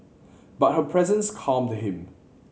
but her presence calmed him